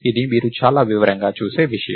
ఇది మీరు చాలా వివరంగా చూసే విషయం